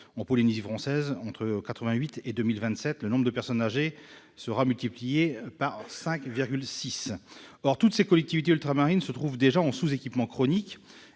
En Polynésie française, entre 1988 et 2027, le nombre de personnes âgées sera multiplié par 5,6. Or toutes ces collectivités ultramarines se trouvent déjà en sous-équipement chronique